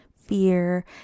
fear